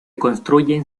construyen